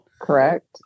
Correct